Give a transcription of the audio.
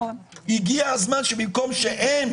הגיע הזמן שבמקום שהן